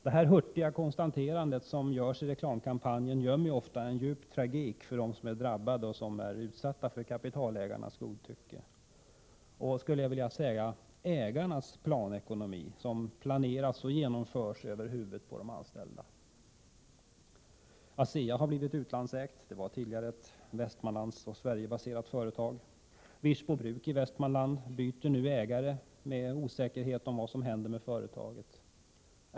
Det hurtiga konstaterande som görs i reklamkampanjen gömmer ofta en djup tragik för dem som är drabbade och som är utsatta för kapitalägarnas godtycke och, skulle jag vilja säga, ägarnas planekonomi som planeras och genomförs över huvudet på de anställda. ASEA har blivit utlandsägt. Det var tidigare ett Västmanlandsoch Sverigebaserat företag. Wirsbo bruk i Västmanland byter nu ägare, med osäkerhet om vad som händer med företaget.